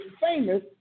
famous